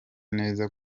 neza